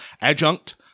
Adjunct